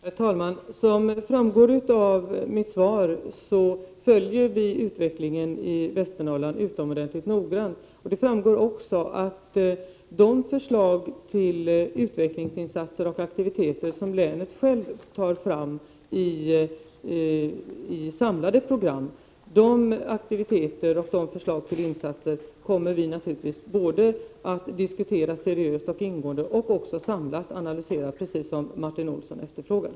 Herr talman! Som framgår av mitt svar följer vi utvecklingen i Västernorrland utomordentligt noggrant. Det framgår också av svaret att de förslag till utvecklingsinsatser och aktiviteter som länets representanter själva har fört fram i samlade program kommer vi naturligtvis att både diskutera seriöst och ingående och samlat analysera, precis så som Martin Olsson efterlyste.